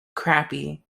crappie